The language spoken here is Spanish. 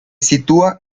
sitúa